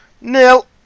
Nil